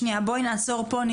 בואי נעצור פה,